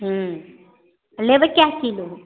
ह्म्म लेबै कए किलो